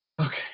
Okay